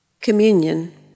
communion